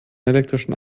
elektrischen